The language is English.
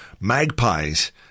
Magpies